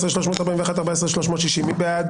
14,201 עד 14,220, מי בעד?